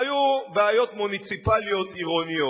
היו בעיות מוניציפליות, עירוניות.